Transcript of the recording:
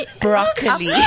broccoli